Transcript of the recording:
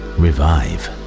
revive